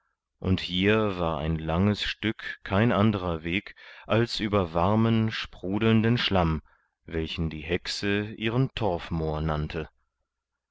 und hier war ein langes stück kein anderer weg als über warmen sprudelnden schlamm welchen die hexe ihren torfmoor nannte